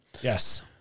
Yes